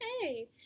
hey